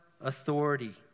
authority